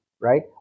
right